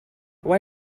why